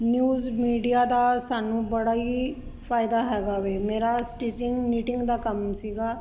news media ਦਾ ਸਾਨੂੰ ਬੜਾ ਹੀ ਫਾਇਦਾ ਹੈਗਾ ਵੇ ਮੇਰਾ ਸਟੀਚਿੰਗ ਮੀਟਿੰਗ ਦਾ ਕੰਮ ਸੀਗਾ